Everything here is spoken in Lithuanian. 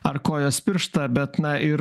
ar kojos pirštą bet na ir